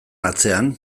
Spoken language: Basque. atzean